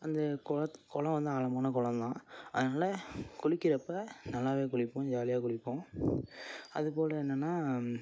அந்த கொளத் கொளம் வந்து ஆழமான கொளம் தான் அதனால குளிக்கிறப்ப நல்லாவே குளிப்போம் ஜாலியாக குளிப்போம் அதுக்கூட என்னன்னால்